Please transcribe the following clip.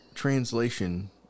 translation